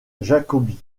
jacobi